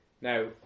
Now